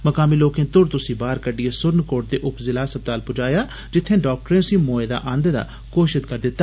मकामी लोके तुरत उसी बाहर कड्डिए सुरनकोट दे उपजिला अस्पताल पुजाया जित्थे डाक्टरें उसी मोए दा आंदा गेआ घोषित करी दिता